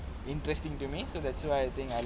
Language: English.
interesting to me so that's why I think I